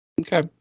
Okay